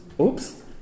Oops